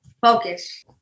Focus